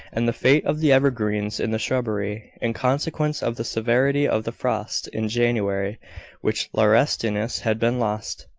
and the fate of the evergreens in the shrubbery, in consequence of the severity of the frost in january which laurestinus had been lost,